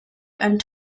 and